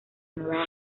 nueva